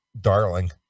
darling